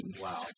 Wow